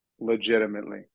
legitimately